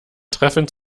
treffend